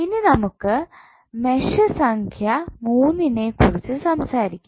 ഇനി നമുക്ക് മെഷ് സംഖ്യ മൂന്നിനെ കുറിച്ച് സംസാരിക്കാം